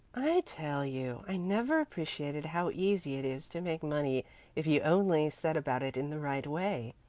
i tell you, i never appreciated how easy it is to make money if you only set about it in the right way,